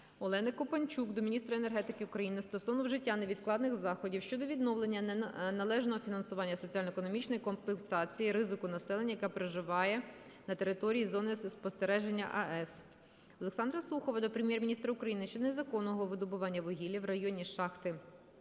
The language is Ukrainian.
Олени Копанчук до міністра енергетики України стосовно вжиття невідкладних заходів щодо відновлення належного фінансування соціально-економічної компенсації ризику населення, яке проживає на території зони спостереження АЕС. Олександра Сухова до Прем'єр-міністра України щодо незаконного видобування вугілля в районі шахти